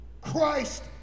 Christ